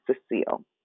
Cecile